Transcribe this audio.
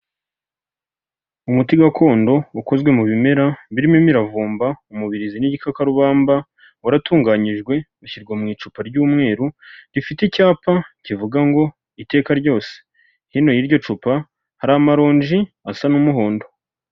Umuti gakondo ukozwe mu bimera, birimo imiravumba, umubirizi n'igikakarubamba, waratunganyijwe ushyirwa mu icupa ry'umweru, rifite icyapa kivuga ngo iteka ryose, hino y'iryo cupa hari amaronji asa n'umuhondo.